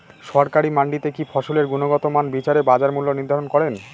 সরকারি মান্ডিতে কি ফসলের গুনগতমান বিচারে বাজার মূল্য নির্ধারণ করেন?